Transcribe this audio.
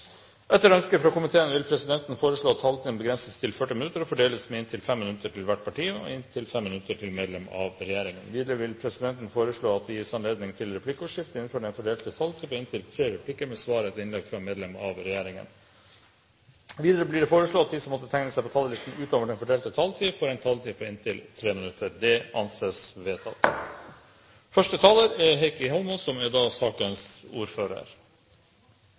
Etter ønske fra kommunal- og forvaltningskomiteen vil presidenten foreslå at taletiden begrenses til 40 minutter og fordeles med inntil 5 minutter til hvert parti og inntil 5 minutter til medlem av regjeringen. Videre vil presidenten foreslå at det gis anledning til replikkordskifte på inntil tre replikker med svar etter innlegg fra medlem av regjeringen innenfor den fordelte taletid. Videre blir det foreslått at de som måtte tegne seg på talerlisten utover den fordelte taletid, får en taletid på inntil 3 minutter. – Det anses vedtatt. Første taler er Heikki Holmås, som er